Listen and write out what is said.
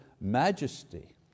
majesty